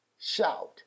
Shout